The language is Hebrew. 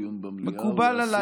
דיון במליאה או להסיר מסדר-היום?